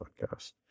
podcast